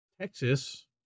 Texas